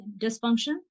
dysfunction